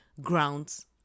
grounds